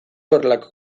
horrelako